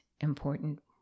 important